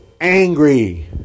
angry